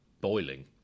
boiling